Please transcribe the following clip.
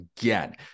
again